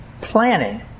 Planning